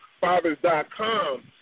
fathers.com